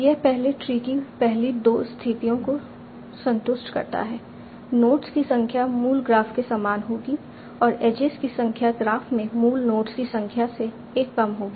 यह पहले ट्री की पहली 2 स्थितियों को संतुष्ट करता है नोड्स की संख्या मूल ग्राफ के समान होगी और एजेज की संख्या ग्राफ में मूल नोड्स की संख्या से एक कम होगी